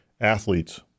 athletes